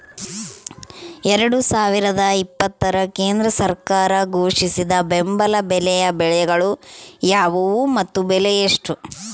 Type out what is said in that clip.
ಎರಡು ಸಾವಿರದ ಇಪ್ಪತ್ತರ ಕೇಂದ್ರ ಸರ್ಕಾರ ಘೋಷಿಸಿದ ಬೆಂಬಲ ಬೆಲೆಯ ಬೆಳೆಗಳು ಯಾವುವು ಮತ್ತು ಬೆಲೆ ಎಷ್ಟು?